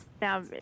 now